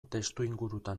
testuingurutan